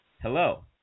Hello